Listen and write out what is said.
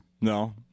No